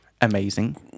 amazing